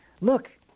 look